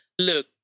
Look